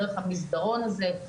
דרך המסדרון הזה,